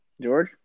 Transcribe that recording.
George